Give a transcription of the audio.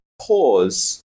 pause